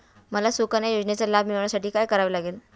मला सुकन्या योजनेचा लाभ मिळवण्यासाठी काय करावे लागेल?